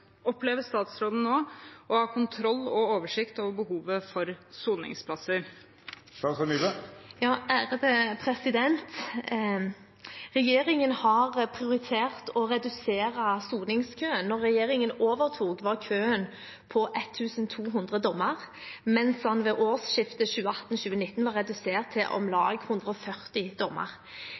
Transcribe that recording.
Opplever statsråden nå å ha kontroll og oversikt over behovet for soningsplasser?» Regjeringen har prioritert å redusere soningskøen. Da regjeringen overtok, var køen på 1 200 dommer, mens den ved årsskiftet 2018/2019 var redusert til om lag 140 dommer.